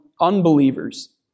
unbelievers